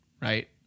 right